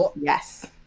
Yes